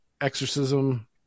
Exorcism